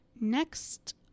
next